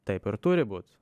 taip ir turi būt